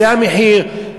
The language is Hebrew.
זה המחיר,